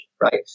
right